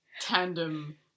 tandem